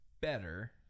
better